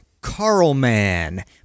Carlman